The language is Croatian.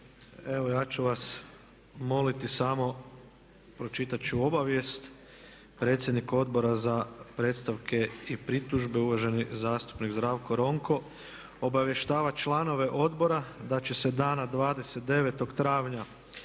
Evo ja ću vas moliti samo. Predsjednik Odbora za predstavke i pritužbe uvaženi zastupnik Zdravko Ronko obavještava članove odbora da će se dana 29. travnja